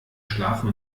schlafen